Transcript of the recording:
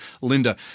Linda